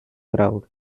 crowd